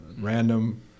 random